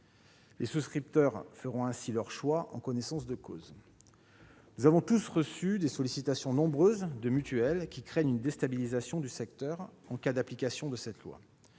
Les souscripteurs feront ainsi leur choix en connaissance de cause. Nous avons tous reçu des sollicitations nombreuses de mutuelles qui craignent une déstabilisation du secteur en cas d'adoption de cette